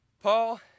Paul